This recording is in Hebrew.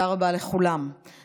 ולשוויון מגדרי נתקבלה.